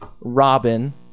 robin